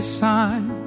sign